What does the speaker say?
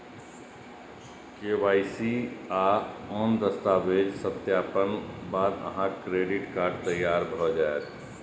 KYC आ आन दस्तावेजक सत्यापनक बाद अहांक क्रेडिट कार्ड तैयार भए जायत